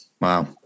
wow